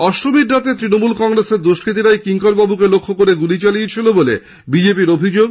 অষ্টমীর রাতে তৃণমূল কংগ্রেসের দুষ্কৃতীরাই কিংকর বাবুকে লক্ষ্য করে গুলি চালিয়েছিল বলে বিজেপির অভিযোগ